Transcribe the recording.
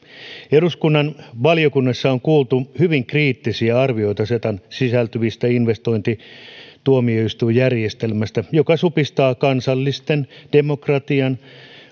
eduskunnan valiokunnassa on kuultu hyvin kriittisiä arvioita cetaan sisältyvästä investointituomioistuinjärjestelmästä joka supistaa kansallisen demokratian